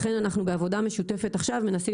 לכן בעבודה משותפת עכשיו אנחנו מנסים